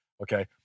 Okay